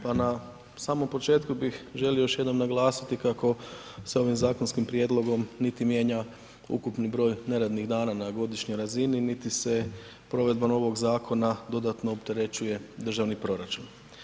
Pa na samom početku bih želio još jednom naglasiti kako sa ovim zakonskim prijedlogom niti mijenja ukupni broj neradnih dana na godišnjoj razini niti se provedba novog zakona dodatno opterećuje državni proračun.